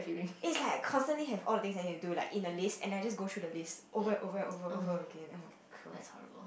it's like I constantly have all the things I need to do like in a list and I just go through the list over and over and over over again oh-my-god